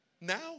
Now